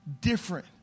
Different